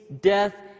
death